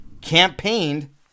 campaigned